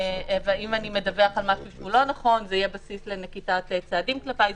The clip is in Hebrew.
ואם אני מדווח על משהו לא נכון זה יהיה בסיס לנקיטת צעדים כלפיי.